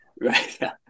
Right